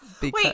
Wait